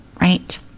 right